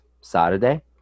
Saturday